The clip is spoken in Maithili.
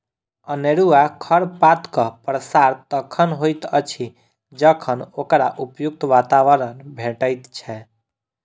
अनेरूआ खरपातक प्रसार तखन होइत अछि जखन ओकरा उपयुक्त वातावरण भेटैत छै